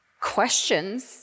questions